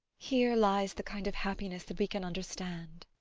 here lies the kind of happiness that we can understand.